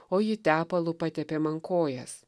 o ji tepalu patepė man kojas